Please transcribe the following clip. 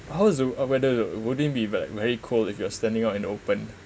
how is the uh weather wouldn't it be v~ very cold if you are standing out in the open